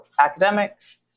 academics